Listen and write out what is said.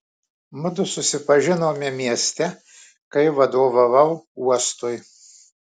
mudu susipažinome mieste kai vadovavau uostui